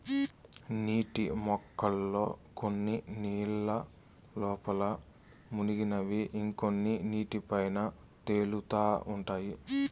నీటి మొక్కల్లో కొన్ని నీళ్ళ లోపల మునిగినవి ఇంకొన్ని నీటి పైన తేలుతా ఉంటాయి